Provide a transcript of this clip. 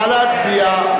נא להצביע.